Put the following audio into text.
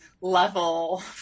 level